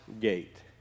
gate